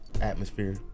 atmosphere